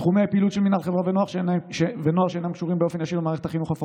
תחומי הפעילות של אגף קשרי חוץ ואונסק"ו, לרבות